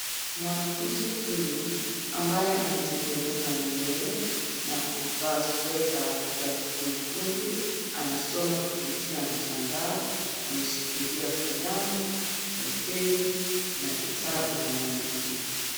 Mwanafunzi huyu ambaye ametengeneza nywele na kuvaa sweater ya nyekundu, anasoma kupitia mtandao, ameshikilia kalamu, penseli, na kitabu, anaandikia.